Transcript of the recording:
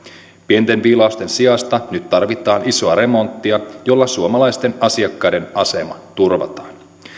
pienten viilausten sijasta nyt tarvitaan isoa remonttia jolla suomalaisten asiakkaiden asema turvataan